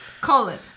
colon